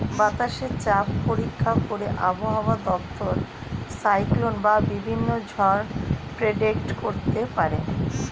বাতাসে চাপ পরীক্ষা করে আবহাওয়া দপ্তর সাইক্লোন বা বিভিন্ন ঝড় প্রেডিক্ট করতে পারে